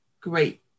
great